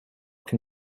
can